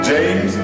James